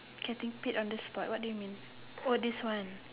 getting pick on the spot what do you mean oh this one